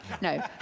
No